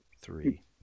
Three